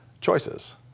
choices